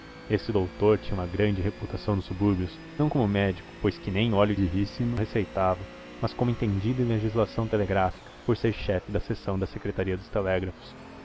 esse doutor tinha uma grande reputação nos subúrbios não como médico pois que nem óleo de rícino receitava mas como entendido em legislação telegráfica por ser chefe de seção da secretaria dos telégrafos